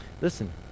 Listen